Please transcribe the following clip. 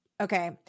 Okay